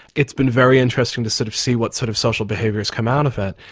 it's been very interesting to sort of see what sort of social behaviours come out of it.